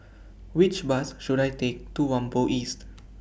Which Bus should I Take to Whampoa East